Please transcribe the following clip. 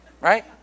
right